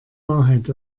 wahrheit